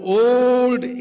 old